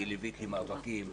לוויתי מאבקים,